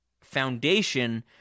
foundation